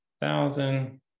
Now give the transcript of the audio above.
thousand